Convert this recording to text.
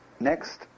Next